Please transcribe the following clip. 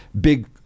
big